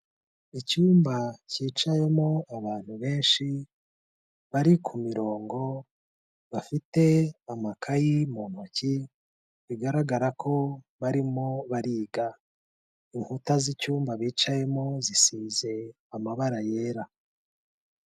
Icyumba cyicayemo abantu benshi bari ku mirongo bafite amakayi mu ntoki, bigaragara ko barimo bariga. Inkuta z'icyumba bicayemo zisize amabara yera.